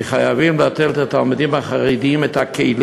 כי חייבים לתת לתלמידים החרדים את הכלים